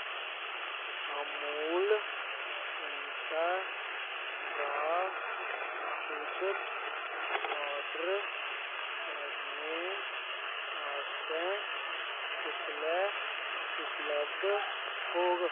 अमूल ऊं'टै दा दुद्ध आर्डर करने आस्तै कुसलै उपलब्ध होग